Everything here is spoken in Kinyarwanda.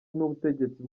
n’ubutegetsi